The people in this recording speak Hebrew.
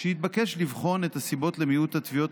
שהתבקש לבחון את הסיבות למיעוט התביעות